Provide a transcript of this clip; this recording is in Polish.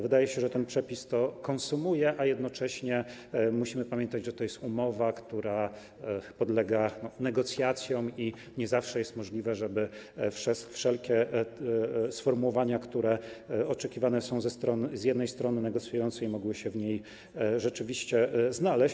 Wydaje się, że ten przepis to konsumuje, a jednocześnie musimy pamiętać, że to jest umowa, która podlega negocjacjom, i nie zawsze jest możliwe, żeby wszelkie sformułowania, które oczekiwane są przez stronę negocjującą, mogły się w niej rzeczywiście znaleźć.